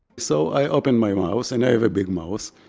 so i open my mouth, and i have a big mouth.